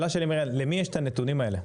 למי יש את הנתונים האלה.